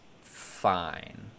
fine